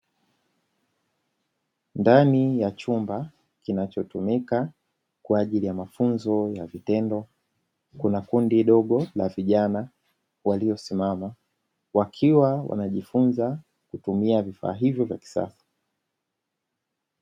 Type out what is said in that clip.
Ndani ya chumba kinachotumika kwa ajili ya mafunzo ya vitendo kuna kundi ndogo la vijana waliosimama wakiwa wanajifunza kwa kutumia vifaa hivyo vya kisasa.